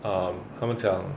um 她们讲